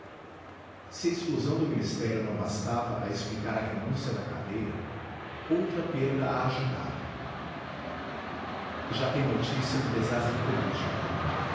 a exclusão do ministério não bastava a explicar a renúncia da cadeira outra perda a ajudava já têm notícia do desastre político